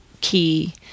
key